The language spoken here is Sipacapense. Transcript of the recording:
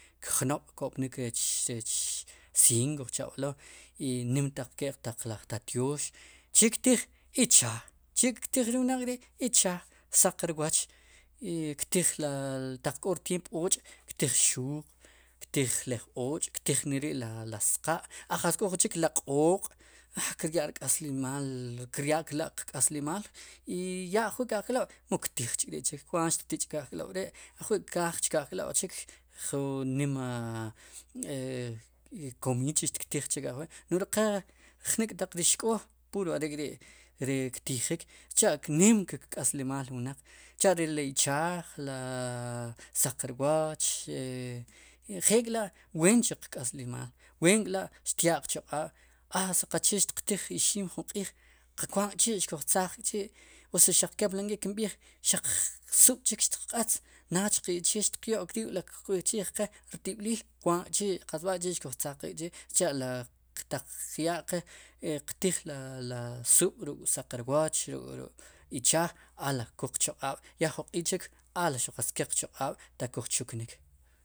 Kjnob' ko'pnik rech cien kujchab'elo nim ke'q taq laj taat yoox chektij ichaaj, chek'tiij ri wnaq ri' ichaaj saq rwooch ktij la taq k'o rtyeemp och' ktij xuuq, ktij leej och' ktij ktij neri'la sqa' katz k'o jun chik la q'ooq' a kiryaa rk'aslimaal, kiryaa'lila'qk'aslimaal i ya ajwi' ke ajk'lob' mu ktij ch'ri'chik kwaat xtktij chke ajk'lob' ri' ajwi' kraaj chke ak'lob' chik ju nima e komiid chik xtktiij chik ajwi' no'j ri qe jnik'taq ri xk'oo pur are'k'ri' ri ktijiik. sicha'nim kk'aslimaal ri wnaq sicha' re li ichaajli saq rwooch njeelkla' ween chuq k'aslimaal, weenk'la xtyaa qchaq'aab' a si qaqchee xtiq tiij ixim jun q'iij kwaant k'chi' xkuj tzaaq k'chi' o si saqsikepli kimb'iij xaq sub' chik xti q'aatz naach qe chee xtiqyo'k riib' ri k'lochiij qe rtib'liil kwaat k'chi' xkuj tzaqiik k'chi' sicha' taq qyaa qe qtiij la sub' saq rwooch ruk'ichaaj ala kow qchaq'aab' ya jun q'iij chik ala ke jun qchaq'aab'ataq kuj chuknik.